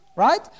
right